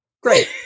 Great